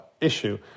issue